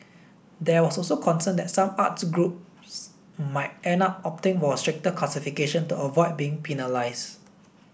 there was also concern that some arts groups might end up opting for a stricter classification to avoid being penalised